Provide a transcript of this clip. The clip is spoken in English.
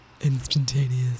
Instantaneous